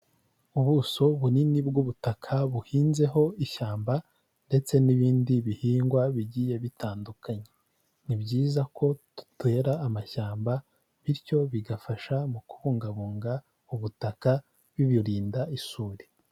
Ubuso bunini bw'ubutaka buhinzeho ishyamba, ndetse n'ibindi bihingwa bigiye bitandukanye. Ni byiza ko dutera amashyamba bityo bigafasha mu kubungabunga ubutaka bibirinda isuri.